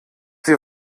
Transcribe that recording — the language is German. sie